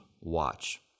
watch